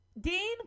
Dean